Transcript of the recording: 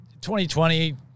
2020